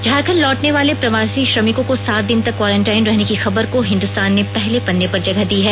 झारखंड लौटने वाले प्रवासी श्रमिकों को सात दिन तक क्वारेंटिन रहने की खबर को हिन्दुस्तान ने पहले पन्ने पर जगह दी है